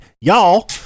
Y'all